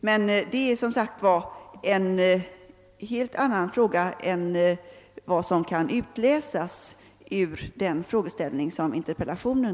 Men det är som sagt ett helt annat spörsmål än den frågeställning som rests i interpellationen.